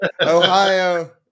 Ohio